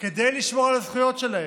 כדי לשמור על הזכויות שלהם.